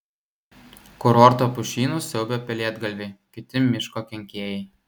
kurorto pušynus siaubia pelėdgalviai kiti miško kenkėjai